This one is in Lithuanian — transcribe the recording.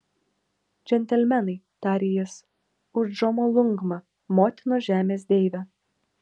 džentelmenai tarė jis už džomolungmą motinos žemės deivę